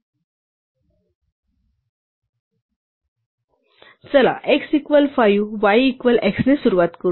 चला x equal 5 y equal x ने सुरुवात करूया